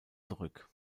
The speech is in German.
zurück